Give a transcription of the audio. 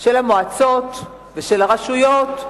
של המועצות ושל הרשויות,